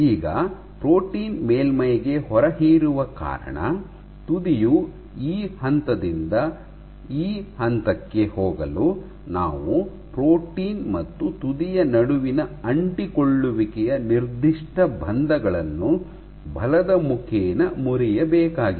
ಈಗ ಪ್ರೋಟೀನ್ ಮೇಲ್ಮೈಗೆ ಹೊರಹೀರುವ ಕಾರಣ ತುದಿಯು ಈ ಹಂತದಿಂದ ಈ ಹಂತಕ್ಕೆ ಹೋಗಲು ನಾವು ಪ್ರೋಟೀನ್ ಮತ್ತು ತುದಿಯ ನಡುವಿನ ಅಂಟಿಕೊಳ್ಳುವಿಕೆಯ ನಿರ್ದಿಷ್ಟ ಬಂಧಗಳನ್ನು ಬಲದ ಮುಖೇನ ಮುರಿಯಬೇಕಾಗಿದೆ